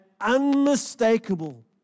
unmistakable